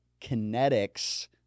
kinetics